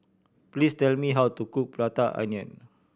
please tell me how to cook Prata Onion